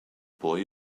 boy